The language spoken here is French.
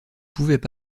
pouvaient